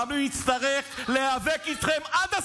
גם אם נצטרך להיאבק איתכם עד הסוף.